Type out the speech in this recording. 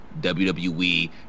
WWE